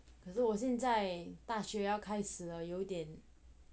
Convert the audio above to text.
可是我现在大学要开始有点